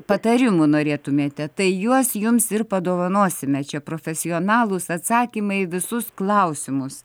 patarimų norėtumėte tai juos jums ir padovanosime čia profesionalūs atsakymai į visus klausimus